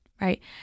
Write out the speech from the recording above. right